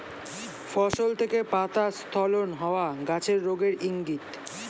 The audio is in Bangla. ফসল থেকে পাতা স্খলন হওয়া গাছের রোগের ইংগিত